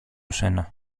σένα